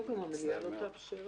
לא, גם המליאה לא תאפשר את זה.